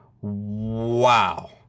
Wow